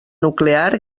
nuclear